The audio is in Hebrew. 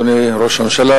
אדוני ראש הממשלה,